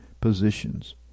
positions